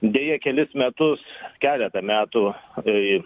deja kelis metus keletą metų kai